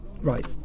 right